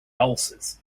ulcers